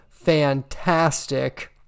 Fantastic